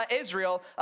Israel